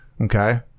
Okay